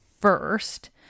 first